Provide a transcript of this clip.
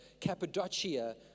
Cappadocia